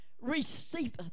receiveth